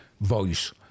voice